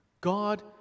God